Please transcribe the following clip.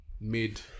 mid